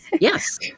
Yes